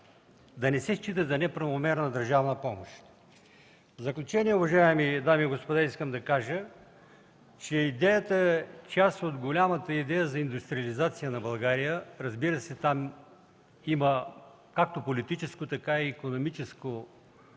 да не се считат за неправомерна държавна помощ. В заключение, уважаеми дами и господа, искам да кажа, че идеята е част от голямата идея за индустриализация на България. Разбира се, там има както политическо, така и икономическо